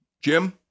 Jim